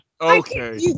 Okay